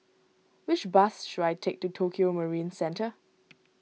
which bus should I take to Tokio Marine Centre